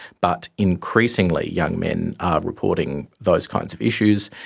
but increasingly young men are reporting those kinds of issues.